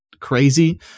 crazy